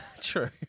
True